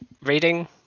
reading